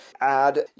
add